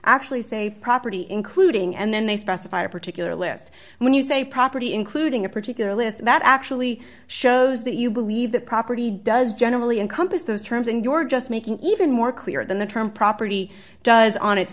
actually say property including and then they specify a particular list when you say property including a particular list that actually shows that you believe that property does generally encompass those terms and you're just making even more clear than the term property does on